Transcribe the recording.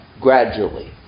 Gradually